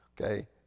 Okay